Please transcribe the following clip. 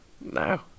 no